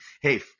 Hey